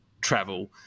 travel